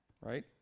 Right